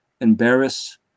embarrass